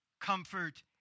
comfort